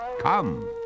Come